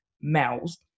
males